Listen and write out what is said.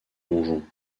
donjon